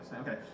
Okay